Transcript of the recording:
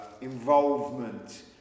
involvement